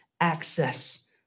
access